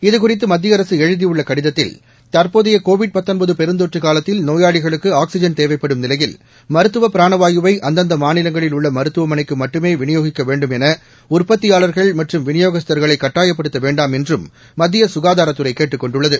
இதுகுறித்து மத்திய அரசு எழுதியுள்ள கடிதத்தில் தற்போதைய கோவிட் பெருந்தொற்று காலத்தில் நோயாளிகளுக்கு ஆக்ஸிஜன் தேவைப்படும் நிலையில் மருத்துவப் பிராண வாயுவை அந்தந்த மாநிலங்களில் உள்ள மருத்துவமனைக்கு மட்டுமே விநியோகிக்க வேண்டும் என உற்பத்தியாளர்கள் மற்றும் விநியோகஸ்தர்களை கட்டாயப்படுத்த வேண்டாம் என்றும் மத்திய சுகாதாரத்துறை கேட்டுக் கொண்டுள்ளது